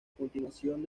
continuación